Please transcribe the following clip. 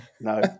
No